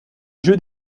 jeu